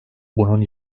bunun